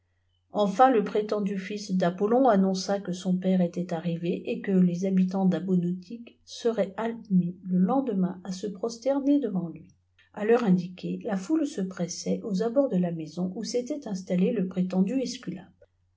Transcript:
enfin le prétendu fils d'apollon annonça que sbn père étdt arrivé et que les habitants d'abonotique seraient adiùis le lendemain à se prosterfr devant lui a l'heure indiquée la foule se pressait aux abords de la imisoti où s'était installé le prétendu esculape